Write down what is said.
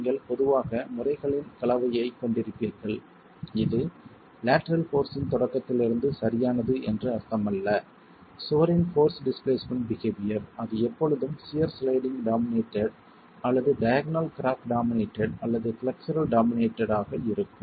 நீங்கள் பொதுவாக முறைகளின் கலவையைக் கொண்டிருப்பீர்கள் இது லேட்டரல் போர்ஸ் இன் தொடக்கத்திலிருந்து சரியானது என்று அர்த்தமல்ல சுவரின் போர்ஸ் டிஸ்பிளேஸ்மென்ட் பிஹேவியர் அது எப்பொழுதும் சியர் ஸ்லைடிங் டாமினேட்டட் அல்லது டயாக்னல் கிராக் டாமினேட்டட் அல்லது ஃப்ளெக்சுரல் டாமினேட்டட் ஆக இருக்கும்